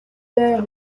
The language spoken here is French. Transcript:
faire